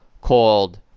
called